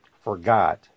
forgot